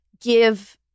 give